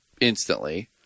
instantly